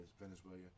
Venezuela